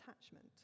attachment